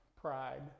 pride